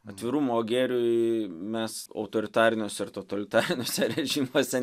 atvirumo gėriui mes autoritariniuose ir totalitariniuose režimuose